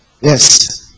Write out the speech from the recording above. Yes